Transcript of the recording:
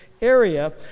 area